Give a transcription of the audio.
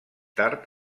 tard